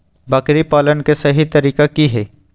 बकरी पालन के सही तरीका की हय?